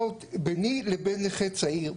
לבין נכה צעיר.